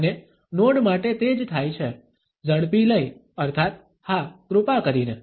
અને નોડ માટે તે જ થાય છે ઝડપી લય અર્થાત હા કૃપા કરીને